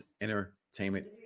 entertainment